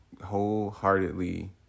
wholeheartedly